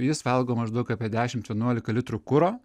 jis valgo maždaug apie dešimt vienuolika litrų kuro